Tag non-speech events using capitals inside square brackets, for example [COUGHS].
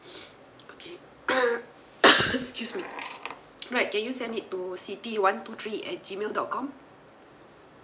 okay [COUGHS] excuse me alright can you send it to siti one two three at G mail dot com